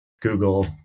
Google